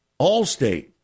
Allstate